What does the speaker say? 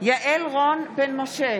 יעל רון בן משה,